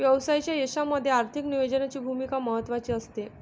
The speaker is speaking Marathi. व्यवसायाच्या यशामध्ये आर्थिक नियोजनाची भूमिका महत्त्वाची असते